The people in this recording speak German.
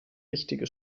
wichtige